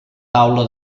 taula